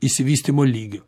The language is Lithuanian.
išsivystymo lygio